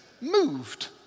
moved